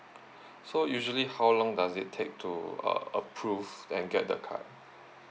so usually how long does it take to uh approve and get the card